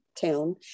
town